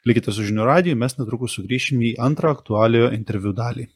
likite su žinių radiju mes netrukus sugrįšim į antrą aktualijų interviu dalį